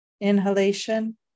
Inhalation